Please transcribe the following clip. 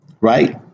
right